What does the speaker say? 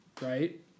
right